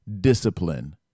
discipline